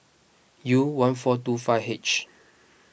U one four two five H